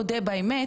מסכימות איתי?